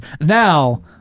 now